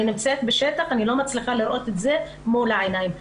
אני נמצאת בשטח ולא מצליחה לראות את זה מול העיניים.